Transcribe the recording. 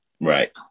right